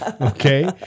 okay